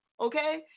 okay